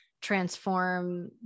transform